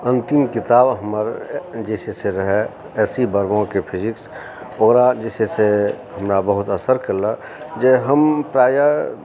अंतिम किताब हमर जे छै से रहए एससी बर्मा के फिजिक्स ओकरा जे छै से हमरा बहुत असर केलक जे हम प्रायः